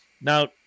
Now